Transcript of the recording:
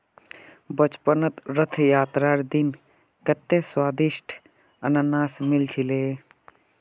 बचपनत रथ यात्रार दिन कत्ते स्वदिष्ट अनन्नास मिल छिले